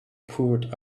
poured